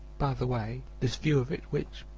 by the way, this view of it which,